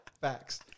Facts